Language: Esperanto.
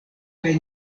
kaj